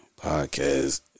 podcast